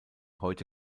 heute